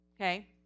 okay